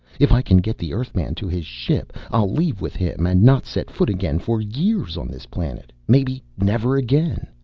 if i can get the earthman to his ship i'll leave with him and not set foot again for years on this planet. maybe never again.